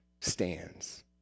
stands